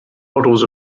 waddles